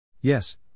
Yes